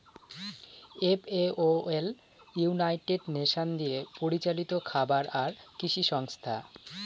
FAO হল United Nation দিয়ে পরিচালিত খাবার আর কৃষি সংস্থা